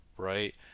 right